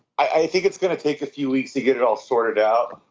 i think it's going to take a few weeks to get it all sorted out.